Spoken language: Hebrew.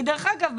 דרך אגב,